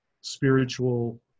spiritual